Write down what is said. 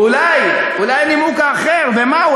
ואולי הנימוק האחר, ומהו?